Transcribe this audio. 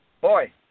boy